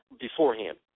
beforehand